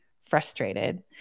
frustrated